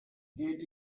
gait